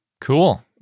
Cool